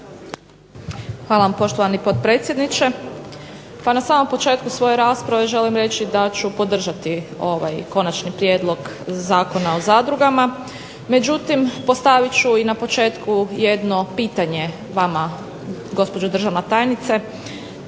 Hvala vam poštovani potpredsjedniče. Pa na samom početku svoje rasprave želim reći da ću podržati ovaj Konačni prijedlog Zakona o zadrugama. Međutim, postavit ću i na početku jedno pitanje vama gospođo državna tajnice,